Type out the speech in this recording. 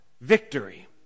victory